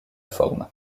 forme